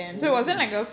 oh